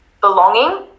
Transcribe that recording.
belonging